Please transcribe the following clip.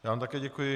Já vám také děkuji.